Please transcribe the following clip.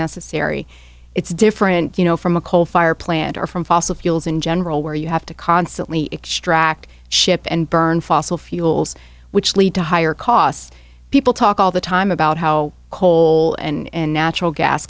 necessary it's different you know from a coal fired plant or from fossil fuels in general where you have to constantly extract ship and burn fossil fuels which lead to higher costs people talk all the time about how coal and natural gas